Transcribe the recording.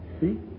See